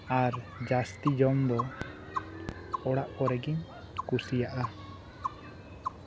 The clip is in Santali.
ᱟᱨ ᱡᱟᱹᱥᱛᱤ ᱡᱚᱢᱫᱚ ᱚᱲᱟᱜ ᱠᱚᱨᱮᱜᱤᱧ ᱠᱩᱥᱤᱭᱟᱜᱼᱟ